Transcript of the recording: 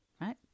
right